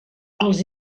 els